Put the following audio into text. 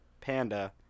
Panda